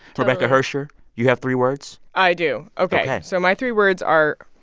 rebecca hersher, you have three words? i do. ok ok so my three words are,